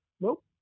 Nope